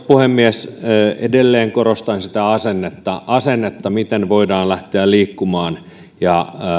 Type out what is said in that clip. puhemies edelleen korostan sitä asennetta asennetta miten voidaan lähteä liikkumaan ja